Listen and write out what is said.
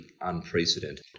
unprecedented